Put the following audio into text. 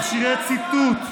מכשירי ציטוט.